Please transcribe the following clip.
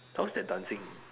how's that dancing